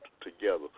together